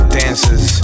dancers